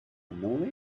know